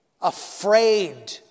afraid